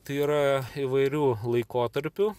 tai yra įvairių laikotarpių